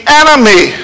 enemy